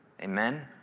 Amen